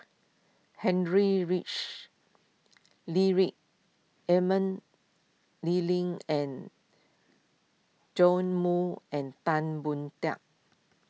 Ludwig Emil Liling and Joash Moo and Tan Boon